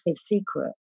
secret